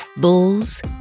bulls